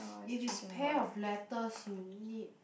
if it's pair of letters you need